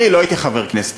אני לא הייתי חבר כנסת,